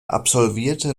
absolvierte